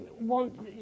want